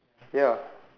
ya